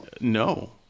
No